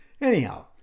Anyhow